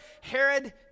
Herod